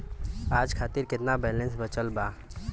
आज खातिर केतना बैलैंस बचल बा?